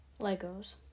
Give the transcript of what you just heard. Legos